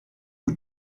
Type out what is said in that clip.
who